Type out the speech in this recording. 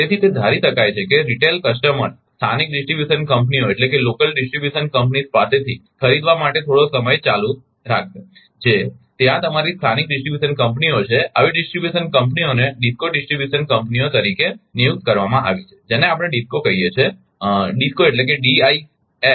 તેથી તે ધારી શકાય છે કે રિટેલ ગ્રાહકો સ્થાનિક ડિસ્ટ્રીબ્યુશન કંપનીઓ પાસેથી ખરીદવા માટે થોડો સમય ચાલુ રાખશે જે ત્યાં તમારી સ્થાનિક ડિસ્ટ્રીબ્યુશન કંપનીઓ છે આવી ડિસ્ટ્રિબ્યુશન કંપનીઓને ડિસ્કો ડિસ્ટ્રીબ્યુશન કંપનીઓ તરીકે નિયુક્ત કરવામાં આવી છે જેને આપણે ડિસ્કો કહીએ છીએ